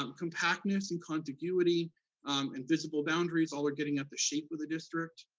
um compactness and contiguity and visible boundaries all are getting at the shape of the district.